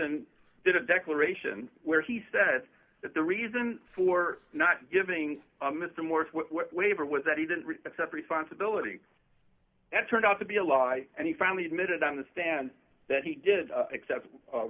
n did a declaration where he said that the reason for not giving mr morse waiver was that he didn't accept responsibility that turned out to be a lie and he finally admitted on the stand that he did